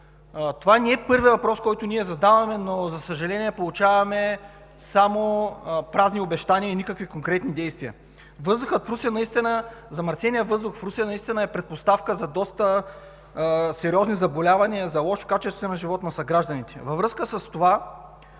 Това не е първият въпрос, който ние задаваме, но получаваме само празни обещания и никакви конкретни действия. Замърсеният въздух в Русе наистина е предпоставка за доста сериозни заболявания, за лошо качество на живот на съгражданите ни. Във връзка с това